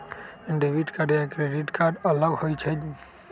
Debit card या credit card अलग होईछ ई?